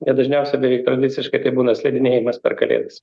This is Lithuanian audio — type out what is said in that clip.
ne dažniausiai beveik tradiciškai tai būna slidinėjimas per kalėdas